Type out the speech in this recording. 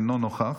אינו נוכח,